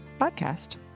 Podcast